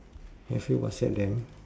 have you whatsapp them